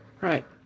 Right